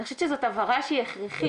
אני חושבת שזאת הבהרה שהיא הכרחית.